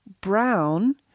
brown